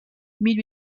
mille